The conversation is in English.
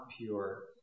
pure